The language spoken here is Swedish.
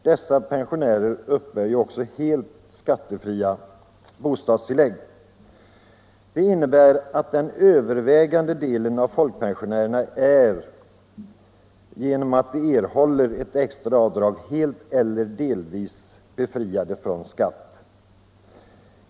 Dessa pensionärer uppbär också helt skattefria bostadstillägg. Det innebär att den övervägande delen av folkpensionärerna helt eller delvis är befriade från skatt genom att de erhåller extra avdrag.